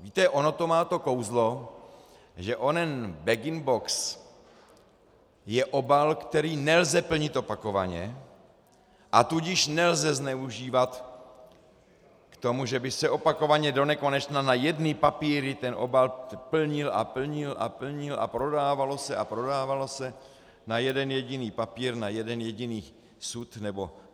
Víte, ono to má to kouzlo, že onen baginbox je obal, který nelze plnit opakovaně a tudíž nelze zneužívat k tomu, že by se opakovaně donekonečna na jedny papíry ten obal plnil a plnil a plnil a prodávalo se a prodávalo se, na jeden jediný papír, na jeden jediný sud